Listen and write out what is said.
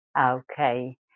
okay